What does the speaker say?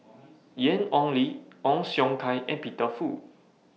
Ian Ong Li Ong Siong Kai and Peter Fu